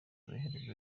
amaherezo